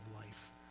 life